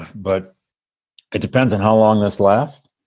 but it depends on how long this lasts.